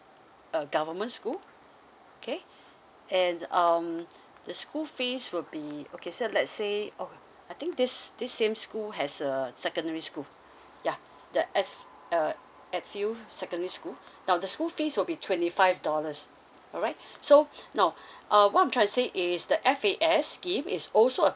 a government school okay and um the school fees will be okay so let's say oh I think this this same school has uh secondary school yeah the secondary school the school fees will be twenty five dollars alright so now uh what I'm trying to say is the F_A_S scheme is also uh